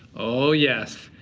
oh yes,